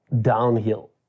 downhill